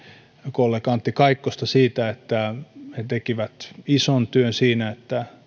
kollega antti kaikkosta siitä että he tekivät ison työn siinä että